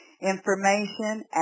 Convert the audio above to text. information